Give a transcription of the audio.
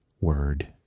word